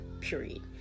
period